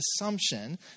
assumption